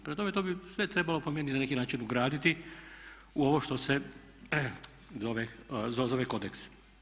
Prema tome, to bi sve trebalo po meni na neki način ugraditi u ovo što se zove kodeks.